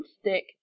stick